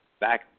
Back